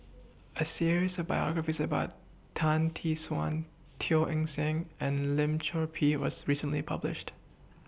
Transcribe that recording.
A series of biographies about Tan Tee Suan Teo Eng Seng and Lim Chor Pee was recently published